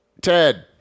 Ted